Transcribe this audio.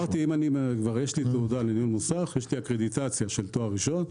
אם כבר יש לי תעודת מוסך יש עליה קרדיטציה של תואר ראשון.